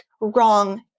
wrong